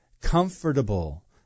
comfortable